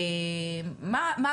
איך